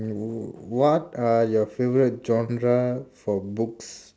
mm what are your favorite genre for books